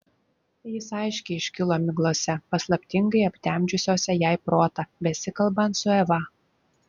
jis aiškiai iškilo miglose paslaptingai aptemdžiusiose jai protą besikalbant su eva